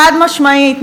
חד-משמעית.